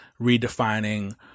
redefining